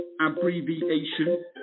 abbreviation